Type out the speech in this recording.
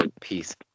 peace